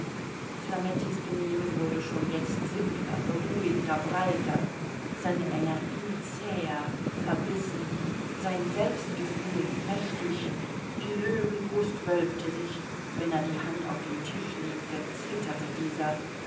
flamettis benehmen wurde schon jetzt simpler beruhigter breiter seine energie zäher verbissen sein selbstgefühl mächtig die löwenbrust wölbte sich wenn er die hand auf den tisch legte zitterte dieser